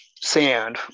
sand